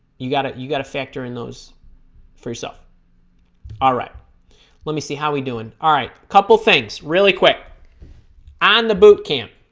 you got it you got to factor in those for yourself all right let me see how we doing all right couple things really quick i'm and the bootcamp